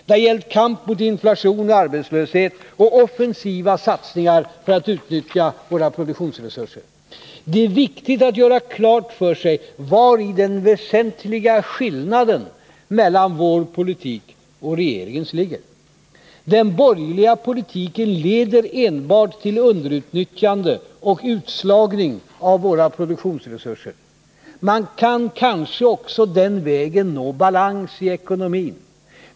Det har gällt kamp mot inflation och arbetslöshet och offensiva satsningar för att utnyttja våra produktionsresurser. Det är viktigt att göra klart vari den väsentliga skillnaden mellan vår politik Nr 54 och regeringens ligger. Den borgerliga politiken leder enbart till underutnyttjande och utslagning av våra produktionsresurser. Man kan kanske också den vägen nå balans i ekonomin.